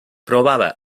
provava